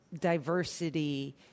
diversity